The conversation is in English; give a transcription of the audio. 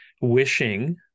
wishing